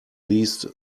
least